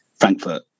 Frankfurt